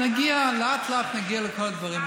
לאט-לאט נגיע לכל הדברים,